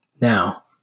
Now